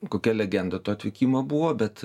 kokia legenda to atvykimo buvo bet